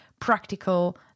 practical